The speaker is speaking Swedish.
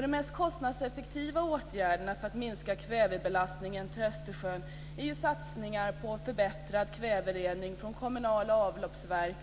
De mest kostnadseffektiva åtgärderna för att minska kvävebelastningen på Östersjön är satsningar på förbättrad kväverening från kommunala avloppsverk